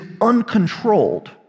uncontrolled